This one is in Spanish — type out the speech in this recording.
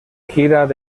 gira